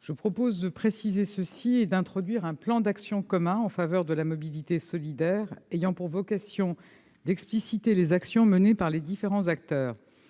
Je propose de préciser ce principe en introduisant un plan d'action commun en faveur de la mobilité solidaire, ayant pour vocation d'expliciter les actions menées par les différents acteurs.